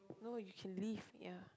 no you can leave yeah